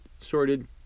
sorted